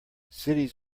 cities